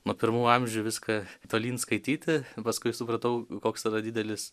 nuo pirmų amžių viską tolyn skaityti paskui supratau koks yra didelis